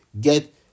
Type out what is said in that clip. get